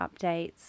updates